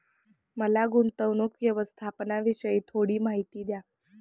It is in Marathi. मला गुंतवणूक व्यवस्थापनाविषयी थोडी माहिती द्या